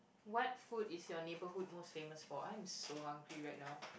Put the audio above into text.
what food is your neighborhood most famous for I am so hungry right now